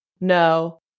No